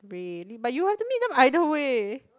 raining but you want to meet them either way